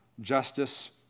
justice